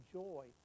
joy